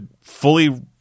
fully